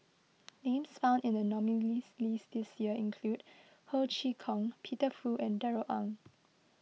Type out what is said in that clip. names found in the nominees' list this year include Ho Chee Kong Peter Fu and Darrell Ang